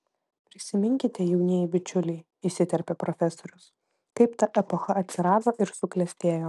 prisiminkite jaunieji bičiuliai įsiterpė profesorius kaip ta epocha atsirado ir suklestėjo